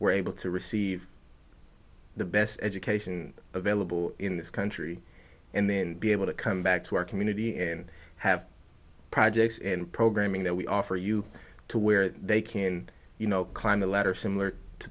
were able to receive the best education available in this country and then be able to come back to our community and have projects in programming that we offer you to where they can you know climb the ladder similar to